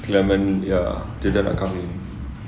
clement ya dia dah nak kahwin